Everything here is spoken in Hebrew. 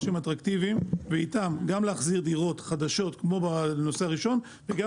אטרקטיביים ואיתם גם להחזיר דירות כמו בנושא הראשון וגם